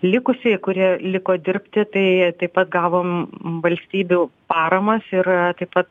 likusieji kurie liko dirbti tai taip pat gavom valstybių paramas ir taip pat